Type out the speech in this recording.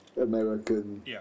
American